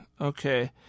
Okay